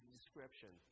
description